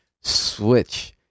switch